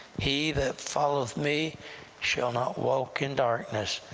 he that followeth me shall not walk in darkness,